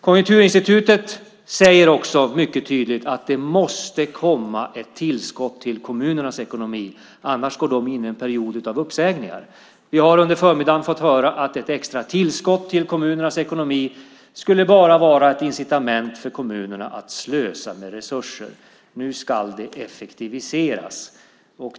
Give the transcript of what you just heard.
Konjunkturinstitutet säger också mycket tydligt att det måste komma ett tillskott till kommunernas ekonomi. Annars går de in i en period av uppsägningar. Vi har under förmiddagen fått höra att ett extra tillskott till kommunernas ekonomi bara skulle vara ett incitament för kommunerna att slösa med resurser. Nu ska det effektiviseras.